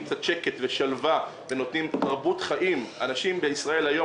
קצת שקט ושלווה ונותנים תרבות חיים אנשים בישראל היום